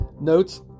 notes